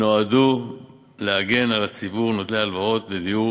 נועדו להגן על ציבור נוטלי ההלוואות לדיור